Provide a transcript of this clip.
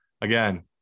Again